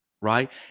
right